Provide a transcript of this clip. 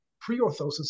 pre-orthosis